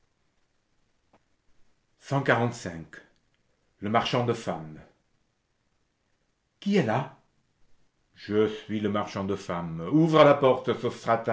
le marchand de femmes qui est là je suis le marchand de femmes ouvre la porte